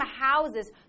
houses